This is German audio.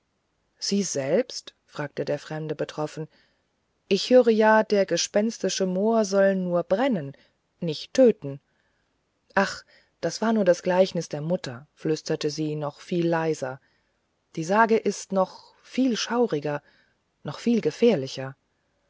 sie selbst fragte der fremde betroffen ich höre ja der gespenstische mohr soll nur brennen nicht töten ach das war ja nur das gleichnis der mutter flüsterte sie noch viel leiser die sage ist noch viel schauriger noch viel gefährlicher